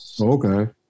Okay